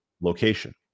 location